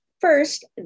First